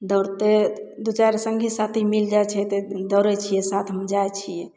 दौड़ते दू चारि सङ्गी साथी मिल जाइ छै तऽ दौड़य छियै साथमे जाइ छियै